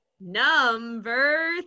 Number